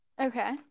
Okay